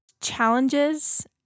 challenges